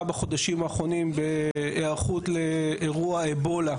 בחודשים האחרונים בהיערכות לאירוע אבולה,